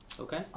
okay